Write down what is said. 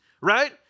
right